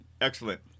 Excellent